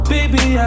Baby